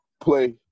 play